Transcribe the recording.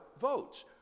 votes